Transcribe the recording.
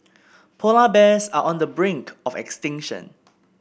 polar bears are on the brink of extinction